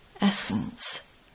Essence